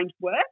work